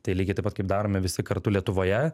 tai lygiai taip pat kaip darome visi kartu lietuvoje